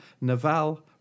Naval